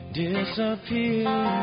disappear